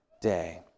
day